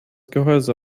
gehäuse